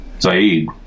Zaid